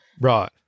Right